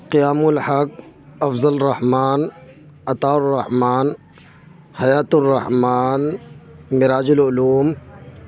قیام الحق افضل رحمان عطاء الرحمان حیات الرحمان معراج العلوم